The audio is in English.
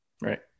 right